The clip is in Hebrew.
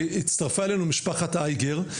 הצטרפה אלינו משפחת אייגר,